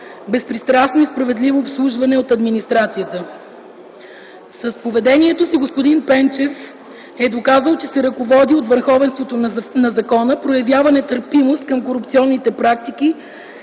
безпристрастно и справедливо обслужване от администрацията. С поведението си господин Пенчев е доказал, че се ръководи от върховенството на закона, проявява нетърпимост към корупционните практики,